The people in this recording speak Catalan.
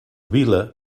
vil·la